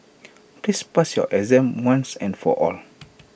please pass your exam once and for all